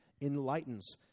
enlightens